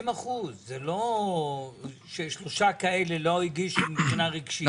50%. זה לא ששלושה כאלה לא הגישו מבחינה רגשית.